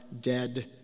dead